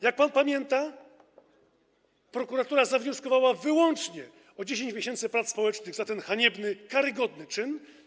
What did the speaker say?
Jak pan pamięta, prokuratura zawnioskowała wyłącznie o 10 miesięcy prac społecznych za ten haniebny, karygodny czyn.